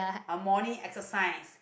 uh morning exercise